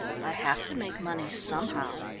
i have to make money somehow.